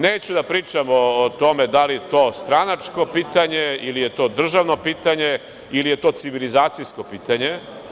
Neću da pričamo o tome da li je to stranačko pitanje ili je to državno pitanje ili je to civilizacijsko pitanje.